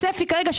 הצפי כרגע,